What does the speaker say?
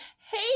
hey